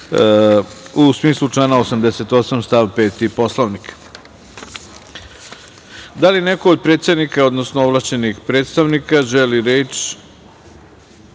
u smislu člana 88. stav 5. Poslovnika. Da li neko od predsednika, odnosno ovlašćenih predstavnika želi reč,